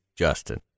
Justin